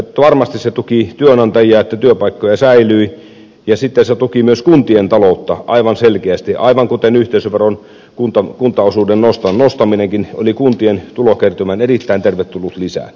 varmasti se tuki työnantajia että työpaikkoja säilyi ja sitten se tuki myös kuntien taloutta aivan selkeästi aivan kuten yhteisöveron kuntaosuuden nostaminenkin oli kuntien tulokertymään erittäin tervetullut lisä